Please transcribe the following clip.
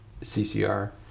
CCR